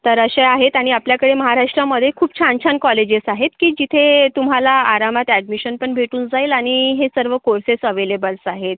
तर असे आहेत आणि आपल्याकडे महाराष्ट्रामध्ये खूप छान छान कॉलेजेस आहेत की जिथे तुम्हाला आरामात ॲडमिशन पण भेटून जाईल आणि हे सर्व कोर्सेस अवेलेबल्स आहेत